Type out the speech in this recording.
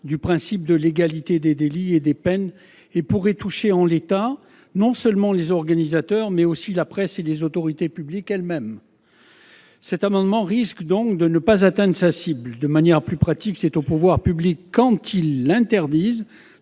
du principe de légalité des délits et des peines. En l'état, cela pourrait toucher non seulement les organisateurs, mais aussi la presse et des autorités publiques elles-mêmes. Cet amendement risque donc de ne pas atteindre sa cible. De manière plus pratique, c'est aux pouvoirs publics quand ils